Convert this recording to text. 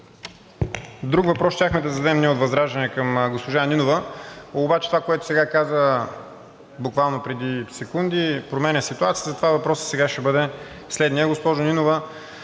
Друг въпрос щяхме да зададем ние от ВЪЗРАЖДАНЕ към госпожа Нинова, обаче това, което сега каза, буквално преди секунди, променя ситуацията, затова въпросът сега ще бъде следният. Госпожо Нинова,